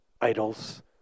idols